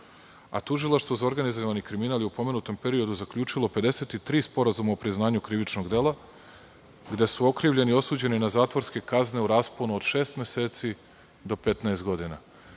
Tužilaštvo za organizovani kriminal je u pomenutom periodu zaključilo 53 sporazuma o priznanju krivičnog dela, gde su okrivljeni i osuđeni na zatvorske kazne u rasponu od šest meseci do 15 godina. Ja